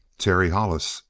terry hollis.